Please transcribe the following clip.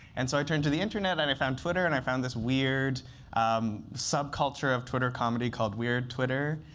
and so i turned to the internet, and i found twitter. and i found this weird um subculture of twitter comedy called weird twitter,